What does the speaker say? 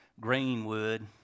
Greenwood